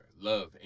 Love